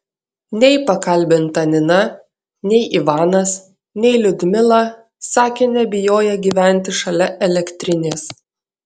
nei pakalbinta nina nei ivanas nei liudmila sakė nebijoję gyventi šalia elektrinės